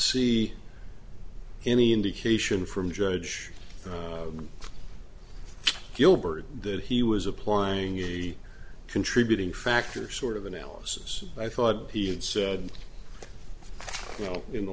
see any indication from judge gilbert that he was applying a contributing factor sort of analysis i thought he had said you know in the